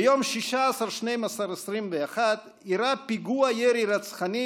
ביום 16 בדצמבר 2021 אירע פיגוע ירי רצחני